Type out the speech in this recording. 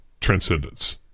transcendence